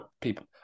people